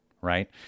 right